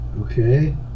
Okay